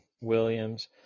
Williams